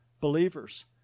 believers